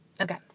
okay